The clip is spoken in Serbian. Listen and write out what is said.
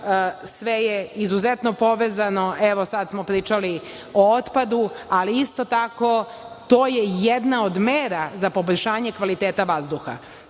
sve je izuzetno povezano, evo sada smo pričali o otpadu, ali isto tako to je jedna od mera za poboljšanje kvaliteta vazduha. Mi